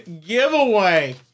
giveaway